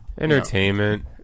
Entertainment